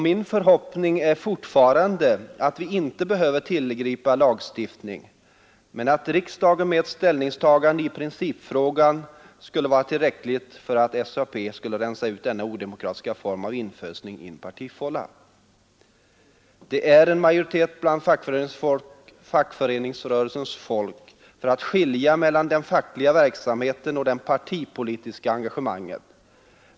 Min förhoppning är fortfarande att vi inte behöver tillgripa lagstiftning men att ett ställningstagande av riksdagen i principfrågan skall vara tillräckligt för att SAP skall rensa ut denna odemokratiska form av infösning i en partifålla. En majoritet bland fackföreningsfolk är för att skilja mellan den fackliga verksamheten och det partipolitiska engagemanget.